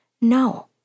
No